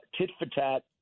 tit-for-tat